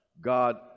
God